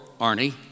Arnie